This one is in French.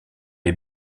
est